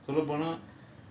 ஆமா:aamaa maybe அதான்:athaan